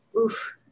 Oof